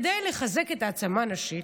כדי לחזק את ההעצמה הנשית,